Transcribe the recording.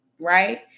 Right